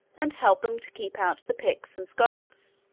and help them to keep out the picts and scots.